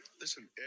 Listen